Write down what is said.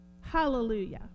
Hallelujah